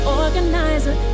organizer